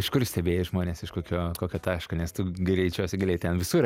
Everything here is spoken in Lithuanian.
iš kur stebėjai žmones iš kokio kokio taško nes tu greičiausia gilėjai ten visur